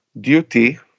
duty